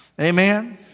Amen